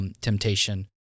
temptation